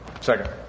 Second